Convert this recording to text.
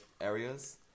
areas